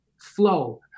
flow